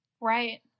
Right